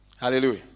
Hallelujah